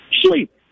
sleep